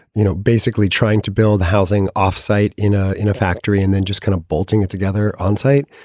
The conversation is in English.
you know, basically trying to build housing offsite in a in a factory and then just kind of bolting it together onsite.